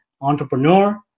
entrepreneur